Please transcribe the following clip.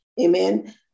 amen